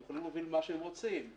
הם יכולים להוביל מה שהם רוצים,